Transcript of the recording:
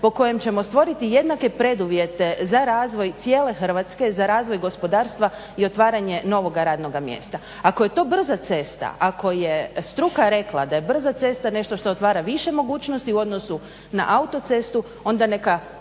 po kojem ćemo stvoriti jednake preduvjete za razvoj cijele Hrvatske, za razvoj gospodarstva i otvaranje novoga radnoga mjesta. Ako je to brza cesta, ako je struka rekla da je brza cesta nešto što otvara više mogućnosti u odnosu na autocestu onda neka